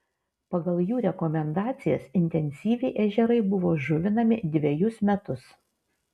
pagal jų rekomendacijas intensyviai ežerai buvo žuvinami dvejus metus